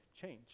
change